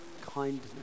Kindness